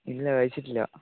ഇല്ല കഴിച്ചിട്ടില്ല